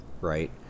right